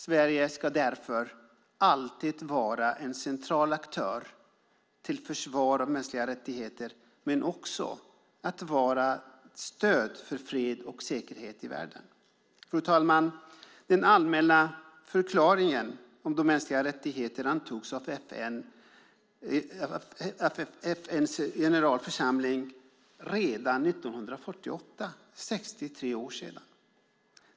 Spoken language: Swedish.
Sverige ska därför alltid vara en central aktör till försvar av mänskliga rättigheter men också ett stöd för fred och säkerhet i världen. Fru talman! Den allmänna förklaringen om de mänskliga rättigheterna antogs av FN:s generalförsamling redan 1948. Det är 63 år sedan.